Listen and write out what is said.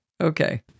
Okay